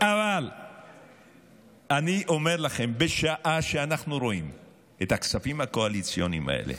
אבל אני אומר לכם שבשעה שאנחנו רואים את הכספים הקואליציוניים האלה,